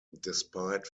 despite